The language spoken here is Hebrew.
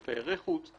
על תיירי חוץ,